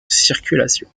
circulation